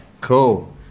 Cool